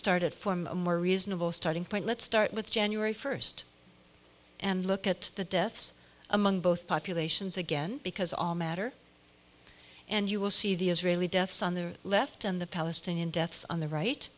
started form a more reasonable starting point let's start with january first and look at the deaths among both populations again because all matter and you will see the israeli deaths on the left and the palestinian deaths on the right